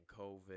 covid